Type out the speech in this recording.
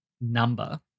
number